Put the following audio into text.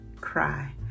cry